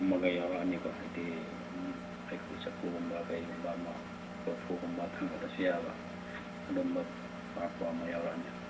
ꯑꯃꯒ ꯌꯥꯎꯔꯛꯑꯅꯤꯀꯣ ꯍꯥꯏꯗꯤ ꯑꯩꯈꯣꯏ ꯆꯐꯨꯒꯨꯝꯕ ꯀꯩꯒꯨꯝꯕ ꯑꯃ ꯀꯣꯔꯐꯨꯒꯨꯝꯕ ꯊꯥꯡꯒꯠꯂꯁꯨ ꯌꯥꯕ ꯑꯗꯨꯝꯕ ꯑꯄꯥꯛꯄ ꯑꯃ ꯌꯥꯎꯔꯛꯑꯅꯤ